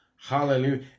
Hallelujah